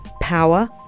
power